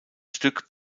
stück